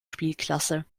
spielklasse